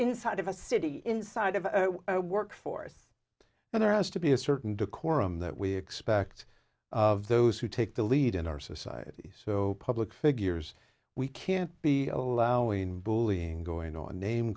inside of a city inside of a work force and there has to be a certain decorum that we expect of those who take the lead in our society so public figures we can't be allowing bullying going on name